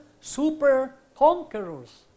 super-conquerors